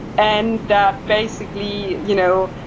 and, that basically you know,